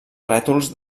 rètols